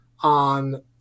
on